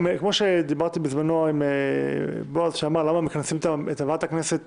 כמו שדיברתי בזמנו עם בועז שאמר למה מכנסים את ועדת הכנסת